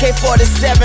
AK-47